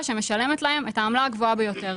שמשלמת להם את העמלה הגבוהה ביותר.